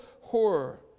horror